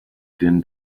din